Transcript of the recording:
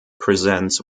presents